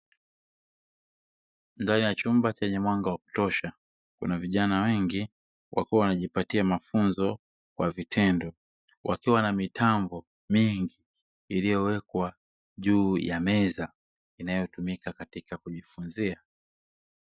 Ndani ya chumba chenye mwanga wa kutosha kuna vijana wengi wakiwa wanajipatia mafunzo kwa vitendo, wakiwa na mitambo mingi iliyowekwa juu ya meza inayotumika katika kujifunzia.